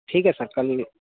ٹھیک ہے سر کل